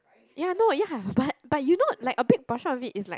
ya no ya but but you know like a big portion of it is like